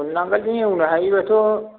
औ नांगोलजों एवनो हायोबाथ'